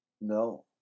No